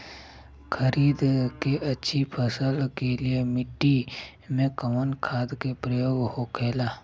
खरीद के अच्छी फसल के लिए मिट्टी में कवन खाद के प्रयोग होखेला?